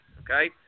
okay